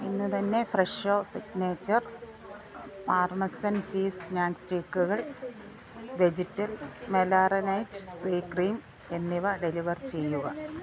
ഇന്ന് തന്നെ Fresho signature parmesan cheese snack സ്റ്റിക്കുകൾ വെജിറ്റൽ മെലാറനൈറ്റ് സി ക്രീം എന്നിവ ഡെലിവർ ചെയ്യുക